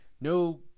No